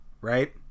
right